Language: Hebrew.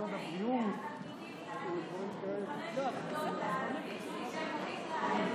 כל הזמן בתי הספר מונעים מהתלמידים לגשת לחמש יחידות בערבית,